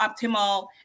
optimal